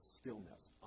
stillness